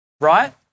right